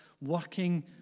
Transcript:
working